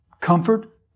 Comfort